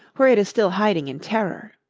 where it is still hiding in terror.